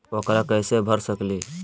ऊकरा कैसे भर सकीले?